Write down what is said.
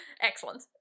Excellent